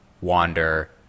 wander